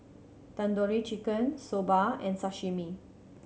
Tandoori Chicken Soba and Sashimi